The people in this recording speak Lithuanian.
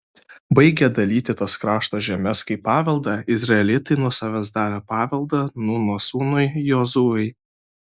baigę dalyti tas krašto žemes kaip paveldą izraelitai nuo savęs davė paveldą nūno sūnui jozuei